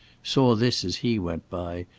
saw this as he went by,